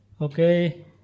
Okay